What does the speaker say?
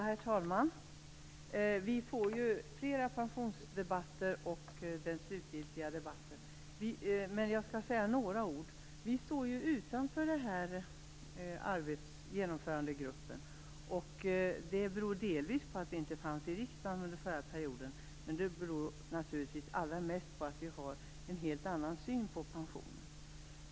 Herr talman! Vi kommer att få fler pensionsdebatter innan den slutgiltiga debatten. Men jag skall säga några ord nu. Vi står utanför genomförandegruppen. Det beror delvis på att vi inte fanns i riksdagen under förra perioden. Men det beror naturligtvis allra mest på att vi har en helt annan syn på pensionen.